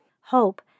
Hope